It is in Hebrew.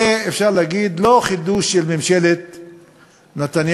זה, אפשר להגיד, לא חידוש של ממשלת נתניהו-לפיד,